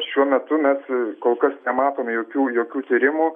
šiuo metu mes kol kas nematome jokių jokių tyrimų